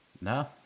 No